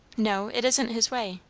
no. it isn't his way.